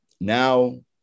now